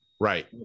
right